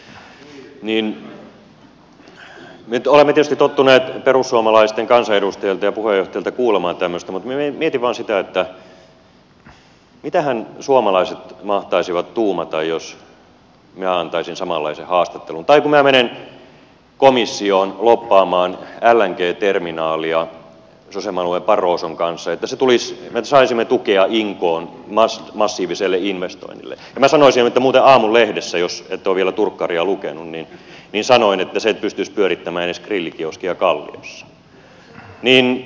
nyt olemme tietysti tottuneet perussuomalaisten kansanedustajilta ja puheenjohtajalta kuulemaan tämmöistä mutta minä mietin vain sitä että mitähän suomalaiset mahtaisivat tuumata jos minä antaisin samanlaisen haastattelun ja jos minä menisin komissioon lobbaamaan lng terminaalia jose manuel barroson kanssa niin että me saisimme tukea inkoon massiiviselle investoinnille ja minä sanoisin että muuten aamun lehdessä jos ette ole vielä turkkaria lukenut sanoin että sinä et pystyisi pyörittämään edes grillikioskia kalliossa